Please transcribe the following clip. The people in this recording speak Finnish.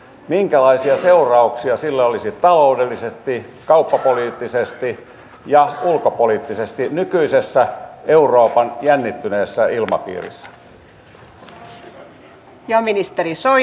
minkälaisia seurauksia sillä olisi taloudellisesti kauppapoliittisesti ja ulkopoliittisesti nykyisessä euroopan jännittyneessä ilmapiirissä